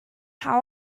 how